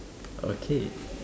okay